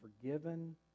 forgiven